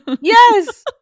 Yes